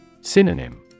Synonym